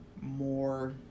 more